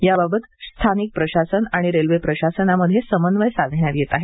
याबाबत स्थानिक प्रशासन आणि रेल्वे प्रशासनामध्ये समन्वय साधण्यात येत आहे